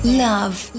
love